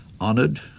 honored